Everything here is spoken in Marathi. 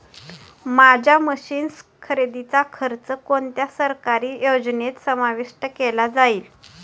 माझ्या मशीन्स खरेदीचा खर्च कोणत्या सरकारी योजनेत समाविष्ट केला जाईल?